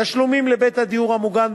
תשלומים לבית הדיור המוגן,